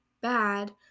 bad